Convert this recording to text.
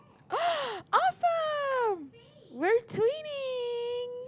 awesome we're twinning